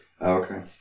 Okay